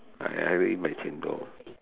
I I will eat my chendol